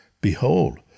Behold